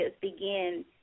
begin